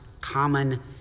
common